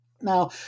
Now